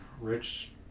rich